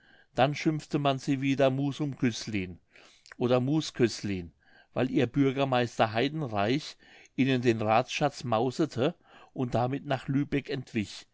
dann schimpfte man sie wieder musum cöslin oder mus cöslin weil ihr bürgermeister heidenreich ihnen den rathsschatz mausete und damit nach lübeck entwich